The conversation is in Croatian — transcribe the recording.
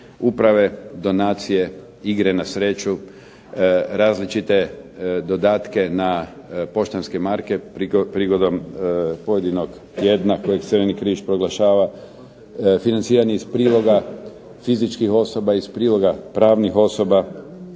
uprave, donacije, igre na sreću, različite dodatke na poštanske marke prigodom pojedinog tjedna koje Crveni križ proglašava, financiranje iz priloga fizičkih i pravnih osoba,